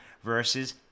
versus